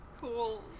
cool